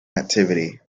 activity